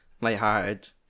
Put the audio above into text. lighthearted